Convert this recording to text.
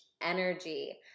energy